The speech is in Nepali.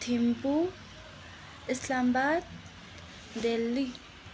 थिम्पू इस्लामाबाद दिल्ली